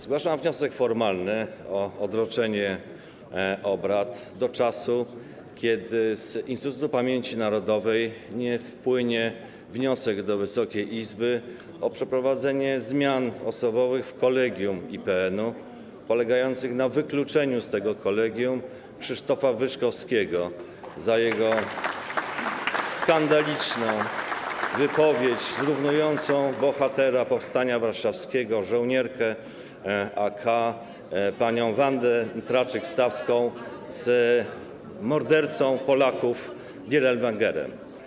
Zgłaszam wniosek formalny o odroczenie obrad do czasu, kiedy z Instytutu Pamięci Narodowej wpłynie wniosek do Wysokiej Izby o przeprowadzenie zmian osobowych w Kolegium IPN-u polegających na wykluczeniu z tego kolegium Krzysztofa Wyszkowskiego za jego skandaliczną wypowiedź zrównującą bohatera powstania warszawskiego, żołnierkę AK panią Wandę Traczyk-Stawską z mordercą Polaków Dirlewangerem.